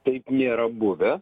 taip nėra buvę